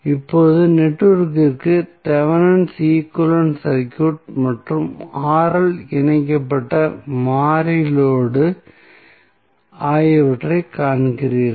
இப்போது நெட்வொர்க்கிற்கு Thevenin equivalent circuit மற்றும் இணைக்கப்பட்ட மாறி லோடு ஆகியவற்றைக் காண்கிறீர்கள்